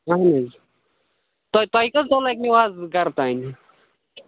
اَہن حظ تۄہِہِ تۅہہِ کٔژ دۄہ لگنو اَز گرٕ تام